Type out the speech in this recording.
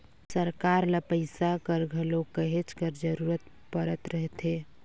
सरकार ल पइसा कर घलो कहेच कर जरूरत परत रहथे